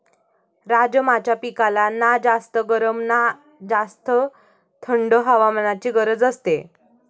राजमाच्या पिकाला ना जास्त गरम ना जास्त थंड हवामानाची गरज असते